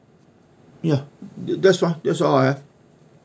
ya that's all that's all I have